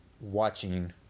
watching